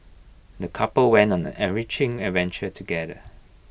the couple went on an enriching adventure together